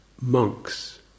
monks